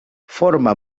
forma